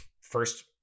first